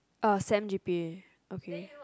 uh sem g_p_a okay